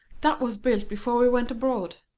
that was built before we went abroad.